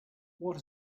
what